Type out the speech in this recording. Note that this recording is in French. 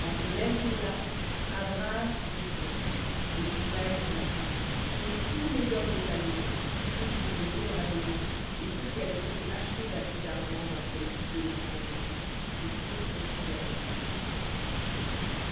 en ce même jour-là abraham fut circoncis et ismaël son fils et tous les hommes de sa maison ceux qui étaient nés dans la maison et ceux qui avaient été achetés à prix d'argent d'entre les fils de l'étranger furent circoncis avec lui